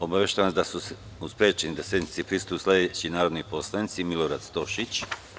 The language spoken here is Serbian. Obaveštavam vas da su sprečeni da sednici prisustvuju sledeći narodni poslanici: Milorad Stošić.